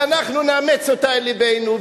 ואנחנו נאמץ אותה אל לבנו,